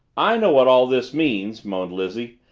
i know what all this means, moaned lizzie.